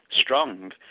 strong